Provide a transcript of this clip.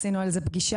עשינו על זה פגישה.